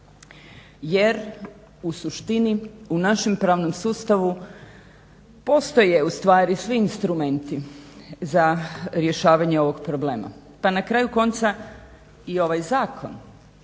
Jer u suštini u našem pravnom sustavu postoje ustvari svi instrumenti za rješavanje ovog problema pa na kraju konca i ovaj zakon